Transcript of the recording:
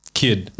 kid